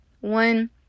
one